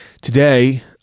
Today